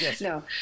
no